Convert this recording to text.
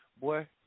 Boy